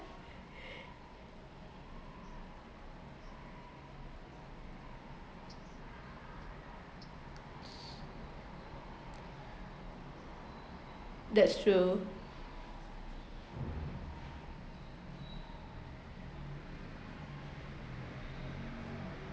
that’s true